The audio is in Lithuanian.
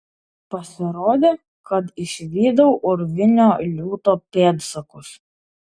pasirodė kad išvydau urvinio liūto pėdsakus